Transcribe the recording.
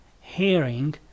hearing